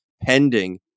pending